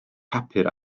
papur